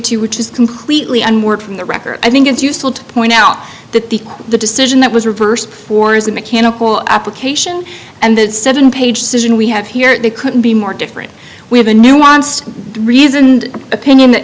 r which is completely and work from the record i think it's useful to point out that the the decision that was reversed for is a mechanical application and the seven page cision we have here the couldn't be more different we have a nuanced reasoned opinion that